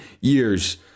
years